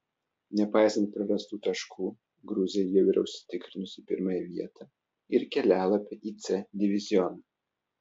nepaisant prarastų taškų gruzija jau yra užsitikrinusi pirmąją vietą ir kelialapį į c divizioną